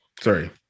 sorry